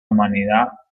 humanidad